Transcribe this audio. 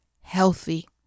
healthy